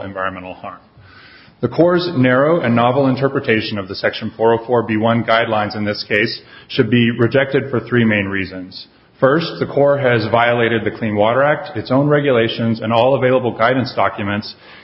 environmental harm the course is narrow and novel interpretation of the section for a for b one guidelines in this case should be rejected for three main reasons first the corps has violated the clean water act its own regulations and all available guidance documents